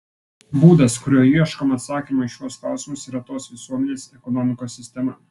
būdas kuriuo ieškoma atsakymo į šiuos klausimus yra tos visuomenės ekonomikos sistema